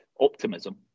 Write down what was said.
optimism